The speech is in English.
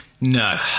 No